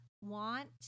want